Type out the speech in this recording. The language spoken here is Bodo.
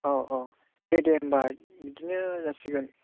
औ औ दे दे होमब्ला बिदिनो जासिगोन